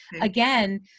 again